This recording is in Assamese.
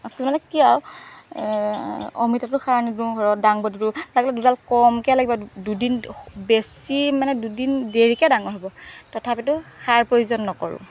আচলমতে মানে কি আৰু অমিতাটো খাওঁ দাংবডিটো লাগিলে দুডাল কমকৈ লাগিব দুদিন বেছি মানে দুদিন দেৰিকৈ ডাঙৰ হ'ব তথাপিতো সাৰ প্ৰয়োজন নকৰোঁ